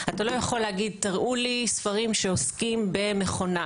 אתה לא יכול להגיד תראו לי ספרים שעוסקים במכונה,